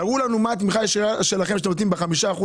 תראו מה התמיכה הישירה שלכם שאתם נותנים ב-5%